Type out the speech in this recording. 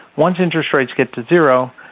once interest rates get to zero,